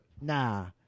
Nah